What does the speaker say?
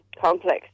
complex